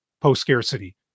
post-scarcity